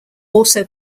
also